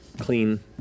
clean